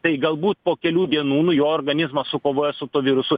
tai galbūt po kelių dienų nu jo organizmas sukovoja su tuo virusu